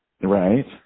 right